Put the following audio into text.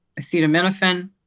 acetaminophen